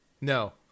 No